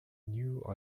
new